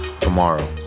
Tomorrow